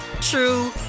true